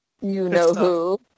you-know-who